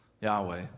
Yahweh